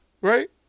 Right